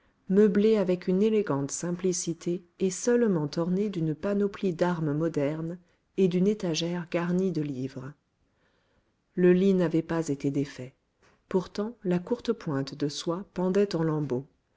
meublée avec une élégante simplicité et seulement ornée d'une panoplie d'armes modernes et d'une étagère garnie de livres le lit n'avait pas été défait pourtant la courtepointe de soie pendait en lambeaux